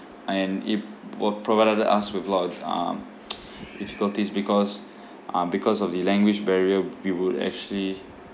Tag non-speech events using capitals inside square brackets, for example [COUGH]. and it were provided us with a lot of um [NOISE] difficulties because uh because of the language barrier we would actually